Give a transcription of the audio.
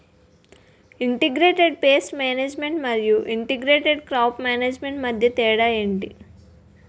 integrated pest management మరియు integrated crop management మధ్య తేడా ఏంటి